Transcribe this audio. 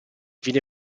viene